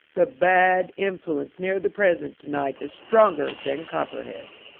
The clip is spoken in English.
the bad influence near the president to night is stronger than copperheads.